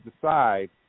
decide